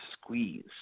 squeeze